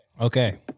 Okay